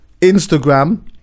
Instagram